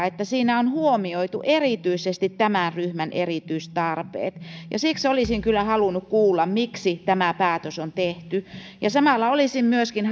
että siinä on huomioitu erityisesti tämän ryhmän erityistarpeet ja siksi olisin kyllä halunnut kuulla miksi tämä päätös on tehty samalla olisin myöskin